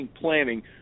planning